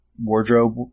wardrobe